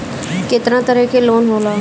केतना तरह के लोन होला?